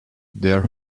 their